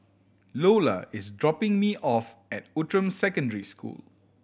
Loula is dropping me off at Outram Secondary School